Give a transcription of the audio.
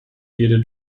jede